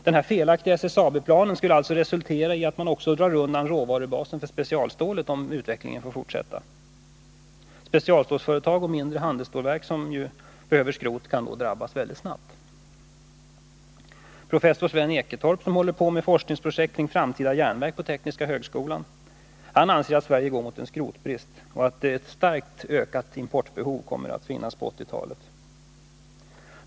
Den här felaktiga SSAB-planen skulle alltså resultera i att man också drar undan råvarubasen för specialstålet, om utvecklingen får fortsätta. Specialstålsföretag och mindre handelsstålverk, som behöver skrot, kan då drabbas väldigt snabbt. Professor Sven Eketorp, som håller på med forskningsprojekt kring framtida järnverk på Tekniska högskolan, anser att Sverige går mot en skrotbrist och att ett starkt ökat importbehov kommer att föreligga på 1980-talet.